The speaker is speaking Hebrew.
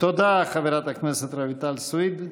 תודה, חברת הכנסת רויטל סויד.